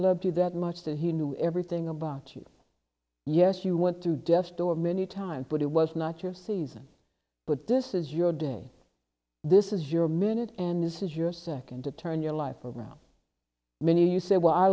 loved you that much that he knew everything about you yes you want to death's door many times but it was not your season but this is your day this is your minute and this is your second to turn your life around many you say well i